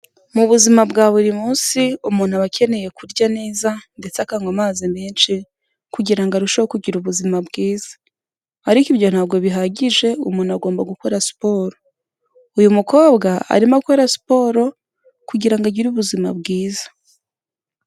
Mu buzima bwa buri munsi umuntu aba akeneye kurya neza, ndetse akanywa amazi menshi kugira ngo arusheho kugira ubuzima bwiza. Aiko ibyo ntabwo bihagije, umuntu agomba gukora siporo, uyu mukobwa arimo akora siporo kugira ngo agire ubuzima bwiza.